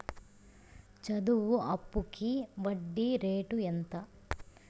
చదువు అప్పుకి వడ్డీ రేటు ఎంత?